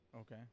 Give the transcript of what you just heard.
Okay